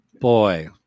boy